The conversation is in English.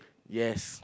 yes